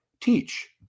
teach